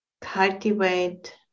cultivate